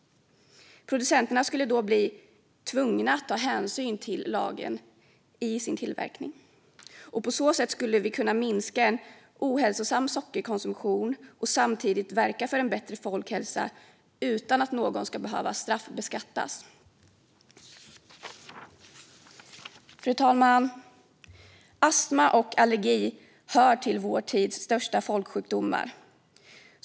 Producenterna skulle då bli tvungna att ta hänsyn till lagen i sin tillverkning. På så sätt skulle vi kunna minska en ohälsosam sockerkonsumtion och samtidigt verka för en bättre folkhälsa utan att någon ska behöva straffbeskattas. Fru talman! Astma och allergi hör till vår tids största folksjukdomar.